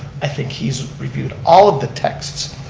i think he's reviewed all of the texts.